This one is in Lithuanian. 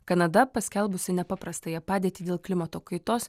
kanada paskelbusi nepaprastąją padėtį dėl klimato kaitos